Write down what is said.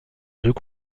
deux